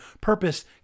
Purpose